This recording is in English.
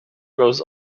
goes